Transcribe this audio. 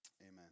Amen